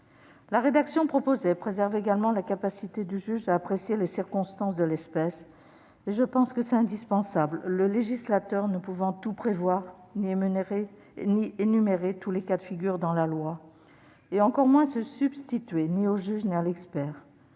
rédaction préservait également la capacité du juge à apprécier les circonstances de l'espèce, ce qui me semble indispensable, le législateur ne pouvant tout prévoir, énumérer tous les cas de figure dans la loi et encore moins se substituer au juge ou à l'expert,